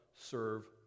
serve